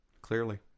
Clearly